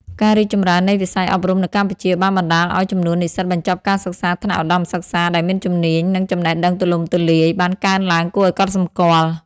ការរីកចម្រើននៃវិស័យអប់រំនៅកម្ពុជាបានបណ្តាលឲ្យចំនួននិស្សិតបញ្ចប់ការសិក្សាថ្នាក់ឧត្តមសិក្សាដែលមានជំនាញ និងចំណេះដឹងទូលំទូលាយបានកើនឡើងគួរឲ្យកត់សម្គាល់។